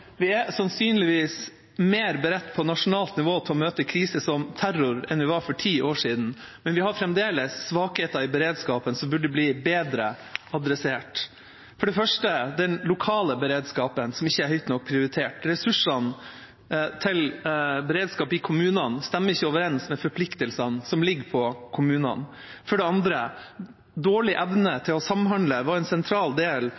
møte kriser som terror enn vi var for ti år siden, men vi har fremdeles svakheter i beredskapen som burde bli bedre adressert. For det første: Den lokale beredskapen er ikke høyt nok prioritert. Ressursene til beredskap i kommunene stemmer ikke overens med forpliktelsene som ligger på kommunene. For det andre: Dårlig evne til å samhandle var en sentral del